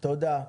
תודה.